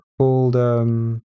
called